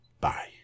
Bye